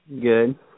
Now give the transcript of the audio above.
Good